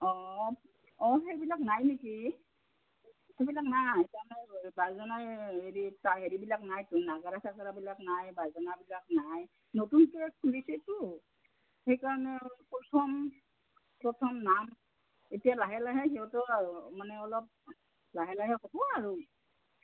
অঁ অঁ সেইবিলাক নাই নেকি সেইবিলাক নাইকাৰণে খুলিছেতো সেইকাৰণে প্ৰথম প্ৰথম নাম এতিয়া লাহে লাহে সিহঁতৰ মানে অলপ লাহে লাহে হ'ব আৰু